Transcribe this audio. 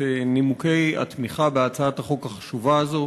נימוקי התמיכה בהצעת החוק החשובה הזאת.